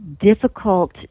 difficult